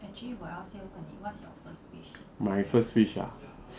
my first wish ah